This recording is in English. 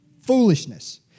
Foolishness